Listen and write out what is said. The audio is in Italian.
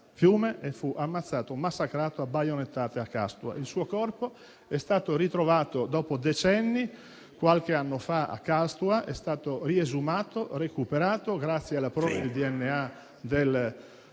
a Fiume e massacrato a baionettate a Castua. Il suo corpo è stato ritrovato dopo decenni. Qualche anno fa a Castua è stato riesumato e recuperato, grazie alla prova del DNA del